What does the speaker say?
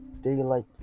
daylight